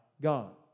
God